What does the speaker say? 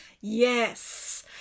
yes